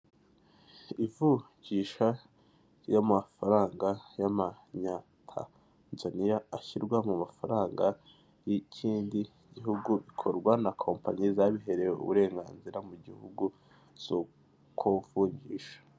Ivunjisha ry'amafaranga y'Amanyatanzaniya ashyirwa mu mafaranga y'ikindi gihugu bikorwa na kompanyi zabiherewe uburenganzira mu gihugu zo kuvunjisha.